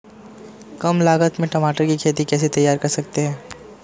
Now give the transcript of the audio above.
कम लागत में टमाटर की खेती कैसे तैयार कर सकते हैं?